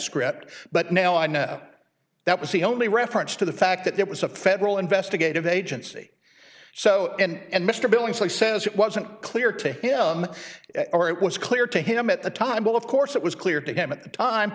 script but now i know that was the only reference to the fact that there was a federal investigative agency so and mr billingsley says it wasn't clear to him or it was clear to him at the time but of course it was clear to him at the time